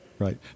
Right